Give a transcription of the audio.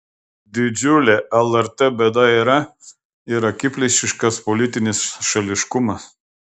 didžiulė lrt bėda yra ir akiplėšiškas politinis šališkumas